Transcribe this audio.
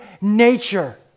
nature